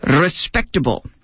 respectable